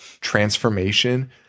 Transformation